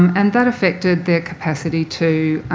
and that affected their capacity to